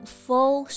full